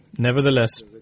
Nevertheless